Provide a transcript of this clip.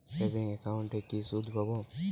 Savings একাউন্টে কি সুদ পাব?